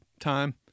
time